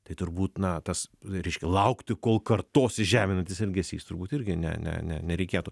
tai turbūt na tas reiškia laukti kol kartosis žeminantis elgesys turbūt irgi ne ne ne nereikėtų